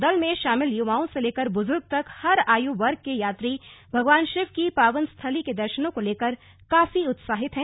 दल में शामिल युवाओं से लेकर बुजुर्ग तक हर आयु वर्ग के यात्री भगवान शिव की पावन स्थली के दर्शनों को लेकर काफी उत्साहित हैं